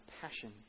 passion